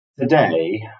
today